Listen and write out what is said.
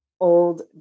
old